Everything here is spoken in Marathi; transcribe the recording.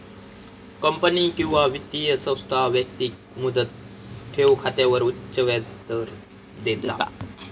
कंपनी किंवा वित्तीय संस्था व्यक्तिक मुदत ठेव खात्यावर उच्च व्याजदर देता